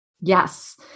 Yes